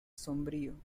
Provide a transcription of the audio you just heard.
sombrío